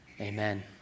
amen